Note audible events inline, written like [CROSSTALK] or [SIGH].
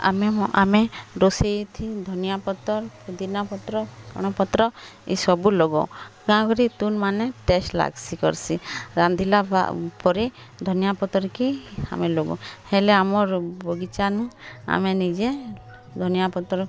ଆମେ ଆମେ ରୋଷେଇଥି ଧନିଆ ପତର୍ ପୁଦିନା ପତ୍ର [UNINTELLIGIBLE] ପତ୍ର ଏ ସବୁ ଲଗୋଉ କାଁ କରି ତୁନ୍ ମାନେ ଟେଷ୍ଟ୍ ଲାଗସି କରସି ରାନ୍ଧିଲା [UNINTELLIGIBLE] ପରେ ଧନିଆ ପତର୍ କି ଆମେ ଲଗୋଉ ହେଲେ ଆମର୍ ବଗିଚା ନୁ ଆମେ ନିଜେ ଧନିଆ ପତ୍ର